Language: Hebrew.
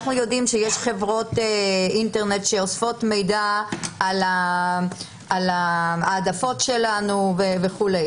אנחנו יודעים שיש חברות אינטרנט שאוספות מידע על ההעדפות שלנו וכו'.